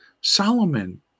Solomon